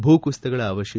ಭೂಕುಸಿತಗಳ ಅವಷೇ